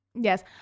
Yes